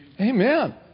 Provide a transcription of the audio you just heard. Amen